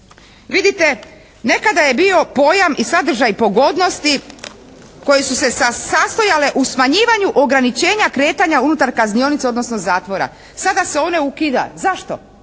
Vidite, nekada je bio pojam i sadržaj pogodnosti koji su se sastojale u smanjivanju ograničenja kretanja unutar kaznionice, odnosno zatvora. Sada se ona ukida. Zašto?